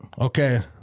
okay